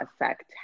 affect